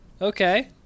Okay